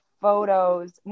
photos